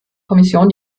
kommission